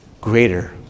greater